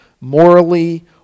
morally